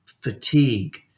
fatigue